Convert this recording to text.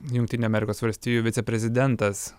jungtinių amerikos valstijų viceprezidentas